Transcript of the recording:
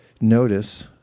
notice